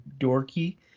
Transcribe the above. dorky